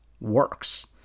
works